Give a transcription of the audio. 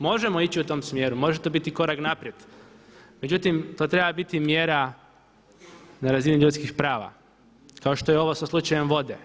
Možemo ići u tom smjeru, može to biti korak naprijed, međutim to treba biti mjera na razini ljudskih prava kao što je ovo sa slučajem vode.